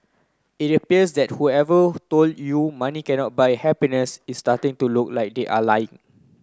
it appears that whoever told you money cannot buy happiness is starting to look like they are lying